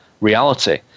reality